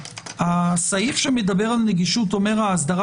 הסעיף שמדבר על נגישות אומר: "האסדרה